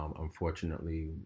Unfortunately